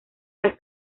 las